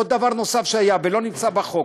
עוד דבר שהיה ולא נמצא בחוק,